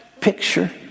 picture